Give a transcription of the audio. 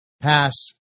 pass